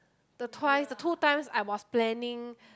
the twice the two times I was planning